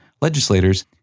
legislators